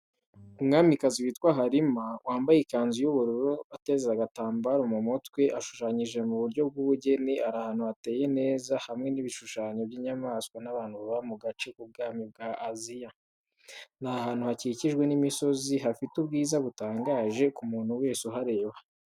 Umwamikazi witwa Halima, wambaye ikanzu y'ubururu ateze agatambaro mu mutwe, ashushanyije mu buryo bw'ubugeni ari ahantu hateye neza hamwe n'ibishushanyo by’inyamaswa n'abantu baba mu gace k'ubwami bwa Aziya. Ni ahantu hakikijwe n'imisozi hafite ubwiza butangaje ku muntu wese uhareba.